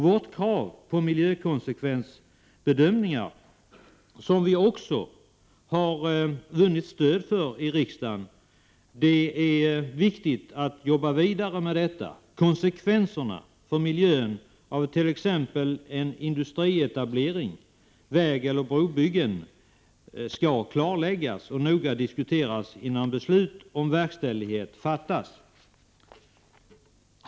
Vårt krav på miljökonsekvensbedömningar har vunnit stöd i riksdagen. Det innebär att konsekvenserna för miljön av t.ex. industrietablering, ett vägeller brobygge skall klarläggas och noga diskuteras igenom innan beslut om verkställighet fattas.